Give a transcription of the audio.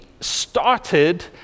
started